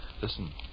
Listen